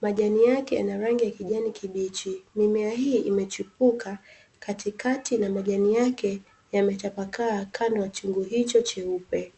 Majani yake yana rangi ya kijani kibichi. Mimea hii imechepuka katikati na majani yake yametapakaa kando ya chungu hicho cheupe.